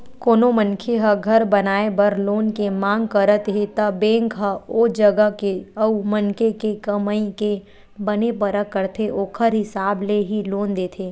कोनो मनखे ह घर बनाए बर लोन के मांग करत हे त बेंक ह ओ जगा के अउ मनखे के कमई के बने परख करथे ओखर हिसाब ले ही लोन देथे